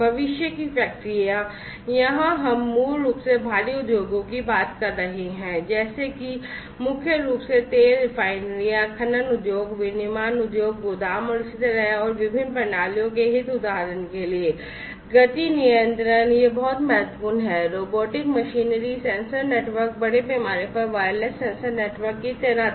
भविष्य की फैक्ट्रियां यहां हम मूल रूप से भारी उद्योगों की बात कर रहे हैं जैसे कि मुख्य रूप से तेल रिफाइनरियां खनन उद्योग विनिर्माण उद्योग गोदाम और इसी तरह और विभिन्न प्रणालियों के हित उदाहरण के लिए गति नियंत्रण यह बहुत महत्वपूर्ण है रोबोटिक मशीनरी सेंसर नेटवर्क बड़े पैमाने पर वायरलेस सेंसर नेटवर्क की तैनाती